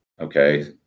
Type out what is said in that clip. Okay